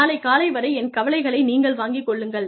நாளை காலை வரை என் கவலைகளை நீங்கள் வாங்கிக் கொள்ளுங்கள்